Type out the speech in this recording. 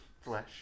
Flesh